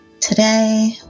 today